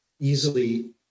easily